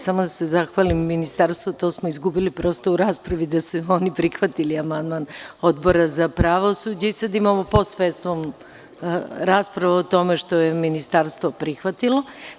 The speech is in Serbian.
Samo da se zahvalim Ministarstvu, tu smo izgubili u raspravi, gde su oni prihvatili amandman Odbora za pravosuđe i sada imamo post festum rasprave o tome što je Ministarstvo prihvatilo.